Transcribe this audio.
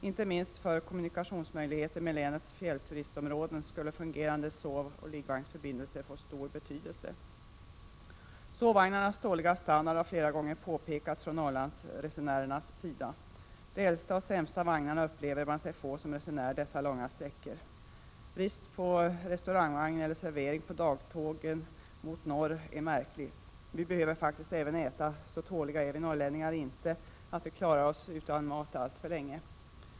Inte minst för kommunikationer med länets fjällturistområden skulle fungerande sovoch liggvagnsförbindelser få stor betydelse. Sovvagnarnas dåliga standard har flera gånger påpekats från Norrlandsresenärernas sida. Man upplever sig få de äldsta och sämsta vagnarna på dessa långa sträckor. Brist på restaurangvagn eller servering på dagtågen mot norr är märkligt. Även vi behöver faktiskt äta. Så tåliga är vi norrlänningar inte att vi klarar oss utan mat alltför länge.